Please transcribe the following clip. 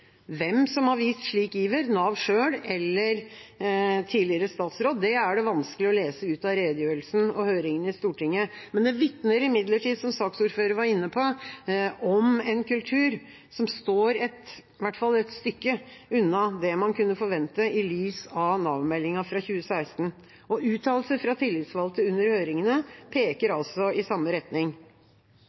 Hvem som har vist slik iver – Nav selv eller tidligere statsråd – er det vanskelig å lese ut av redegjørelsen og høringene i Stortinget, men det vitner imidlertid om, som saksordføreren var inne på, en kultur som står i hvert fall et stykke unna det man kunne forvente i lys av Nav-meldinga fra 2016. Uttalelser fra tillitsvalgte i høringene peker i samme retning.